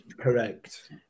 Correct